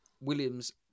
Williams